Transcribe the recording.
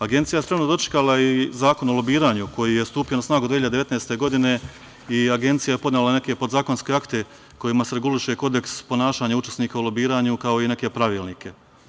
Agencija je spremno dočekala i Zakon o lobiranju koji je stupio na snagu 2019. godine i Agencija je podnela neke podzakonske akte kojima se reguliše kodeks ponašanja učesnika u lobiranju, kao i neke pravilnike.